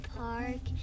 park